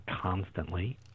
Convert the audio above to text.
constantly